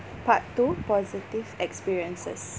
part two positive experiences